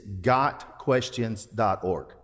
gotquestions.org